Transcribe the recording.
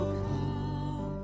come